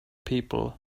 people